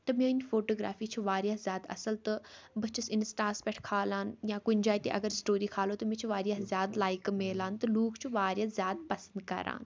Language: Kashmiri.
تہٕ میٛٲنۍ فوٹوگرٛافی چھِ واریاہ زیادٕ اَصٕل تہٕ بہٕ چھس اِنَسٹاہَس پٮ۪ٹھ کھالان یا کُنۍ جایہِ تہِ اَگر سٕٹوری کھالو تہٕ مےٚ چھِ واریاہ زیادٕ لایکہٕ ملان تہٕ لوٗکھ چھِ واریاہ زیادٕ پسنٛد کران